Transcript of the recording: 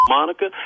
Monica